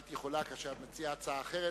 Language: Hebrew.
את יכולה כאשר את מציעה הצעה אחרת,